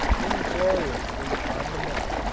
ingloriously on the mud.